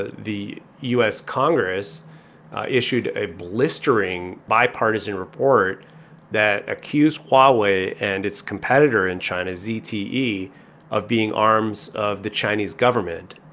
ah the u s. congress issued a blistering bipartisan report that accused huawei and its competitor in china, zte, of being arms of the chinese government.